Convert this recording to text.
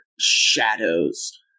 shadows